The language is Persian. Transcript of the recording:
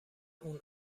اون